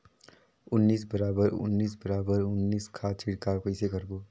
उन्नीस बराबर उन्नीस बराबर उन्नीस खाद छिड़काव कइसे करबो?